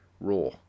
RAW